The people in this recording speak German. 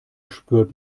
spürt